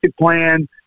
plan